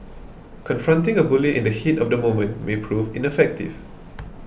confronting a bully in the heat of the moment may prove ineffective